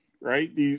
right